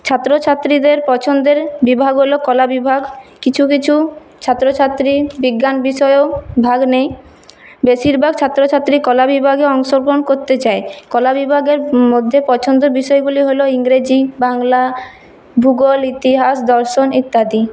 ছাত্র ছাত্রীদের পছন্দের বিভাগ হল কলা বিভাগ কিছু কিছু ছাত্র ছাত্রী বিজ্ঞান বিষয়েও ভাগ নেয় বেশিরভাগ ছাত্র ছাত্রী কলা বিভাগে অংশগ্রহণ করতে চায় কলা বিভাগের মধ্যে পছন্দের বিষয়গুলি হল ইংরেজি বাংলা ভূগোল ইতিহাস দর্শন ইত্যাদি